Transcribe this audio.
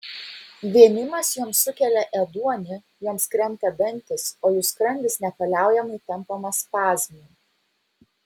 vėmimas joms sukelia ėduonį joms krenta dantys o jų skrandis nepaliaujamai tampomas spazmų